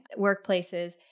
workplaces